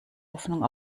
hoffnung